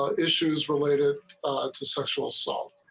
ah issues related to sexual assault.